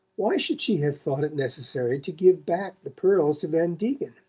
why should she have thought it necessary to give back the pearls to van degen?